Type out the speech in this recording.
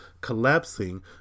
collapsing